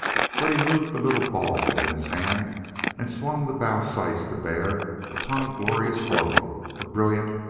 but he moved the little ball within his hand and swung the bow sights to bear upon a glorious globe a brilliant,